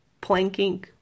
planking